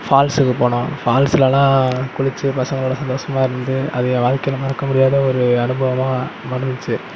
ஃபால்ஸுக்கு போனோம் ஃபால்ஸ்லலாம் குளித்து பசங்களோடு சந்தோஷமா இருந்து அது என் வாழ்க்கையில் மறக்க முடியாத ஒரு அனுபவமாக முடிஞ்சுச்சி